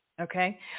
okay